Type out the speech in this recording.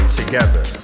together